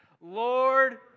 Lord